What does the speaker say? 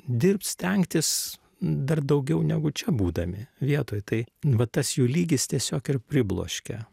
dirbt stengtis dar daugiau negu čia būdami vietoj tai va tas jų lygis tiesiog ir pribloškė